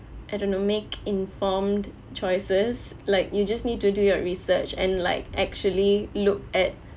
I don't know make informed choices like you just need to do your research and like actually look at